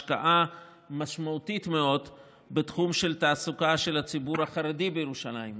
השקעה משמעותית מאוד בתחום של תעסוקה של הציבור החרדי בירושלים,